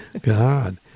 God